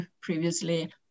previously